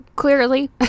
Clearly